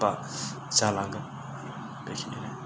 बारा जालांगोन एसेनो